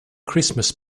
christmas